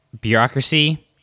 bureaucracy